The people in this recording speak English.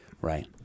Right